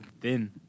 thin